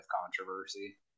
controversy